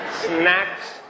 snacks